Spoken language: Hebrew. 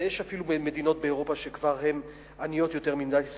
יש אפילו מדינות באירופה שהן עניות יותר ממדינת ישראל,